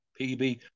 PB